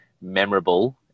memorable